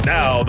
Now